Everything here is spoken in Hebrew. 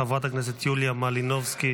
חברת הכנסת יוליה מלינובסקי,